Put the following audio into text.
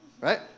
right